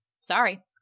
sorry